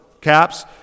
caps